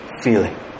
feeling